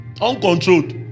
uncontrolled